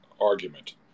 argument